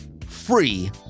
free